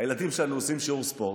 הילדים שלנו עושים שיעור ספורט,